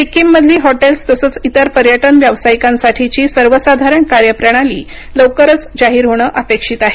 सिक्किममधली hotels तसंच इतर पर्यटन व्यावसायिकांसाठीची सर्वसाधारण कार्यप्रणाली लवकरच जाहीर होणं अपेक्षित आहे